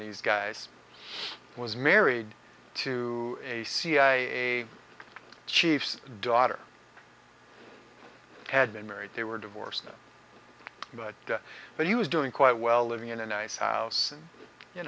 these guys he was married to a c i a chief's daughter had been married they were divorced but that he was doing quite well living in a nice house and you